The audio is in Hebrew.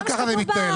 מה ככה זה מתנהל?